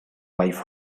wife